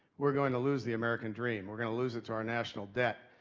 we're gonna lose the american dream. we're gonna lose it to our national debt.